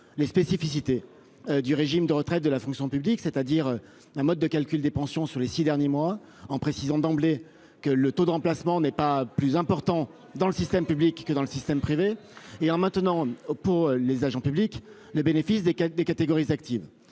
les spécificités du régime de retraite de la fonction publique, c'est-à-dire un mode de calcul des pensions sur les six derniers mois d'activité, en précisant d'emblée que le taux de remplacement n'est pas plus élevé dans le système public que dans le système privé, ainsi que le bénéfice de la catégorie active.